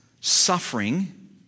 suffering